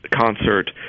concert